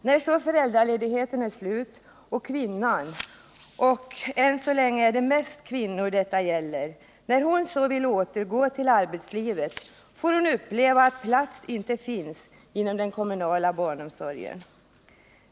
När föräldraledigheten är slut och kvinnan — än så länge är det mest kvinnor detta gäller — vill återgå till arbetslivet får hon uppleva att plats inte finns inom den kommunala barnomsorgen.